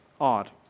odd